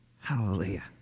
Hallelujah